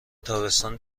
تابستان